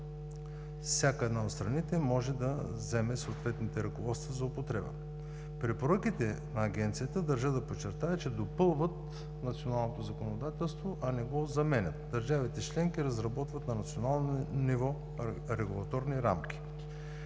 този регистър всяка една от страните може да вземе съответните ръководства за употреба. Препоръките на Агенцията, държа да подчертая, допълват националното законодателство, а не го заменят. Държавите членки разработват на национално ниво регулаторни рамки.